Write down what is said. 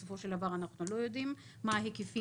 בסופו של דבר אנחנו לא יודעים מה ההיקפים